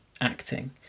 acting